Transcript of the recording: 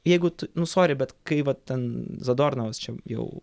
jeigu tu nu sori bet kai vat ten zadornovas čia jau